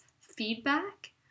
feedback